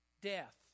death